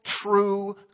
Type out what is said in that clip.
true